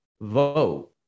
vote